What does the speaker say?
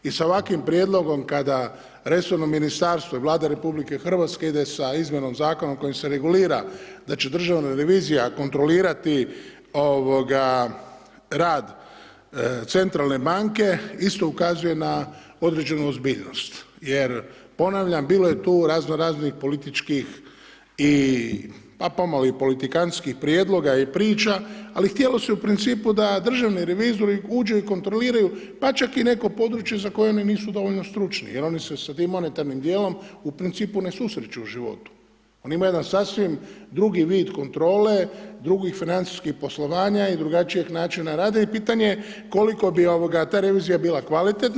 I sa ovakvim Prijedlogom kada resorno Ministarstvo i Vlada RH ide sa izmjenom Zakona kojim se regulira, znači Državna revizija kontrolirati, ovoga, rad Centralne banke, isto ukazuje na određenu ozbiljnost jer, ponavljam, bilo je tu razno raznih političkih, pa pomalo i politikantskih prijedloga i priča, ali htjelo se u principu da državni revizori uđu i kontroliraju, pa čak i neko područje za koje oni nisu dovoljno stručni, jel, oni se sa tim monetarnim dijelom u principu ne susreću u životu, oni imaju jedan sasvim drugi vid kontrole, drugih financijskih poslovanja i drugačijeg načina rada i pitanje je koliko bi, ovoga, ta revizija bila kvalitetna.